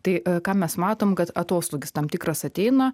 tai ką mes matom kad atoslūgis tam tikras ateina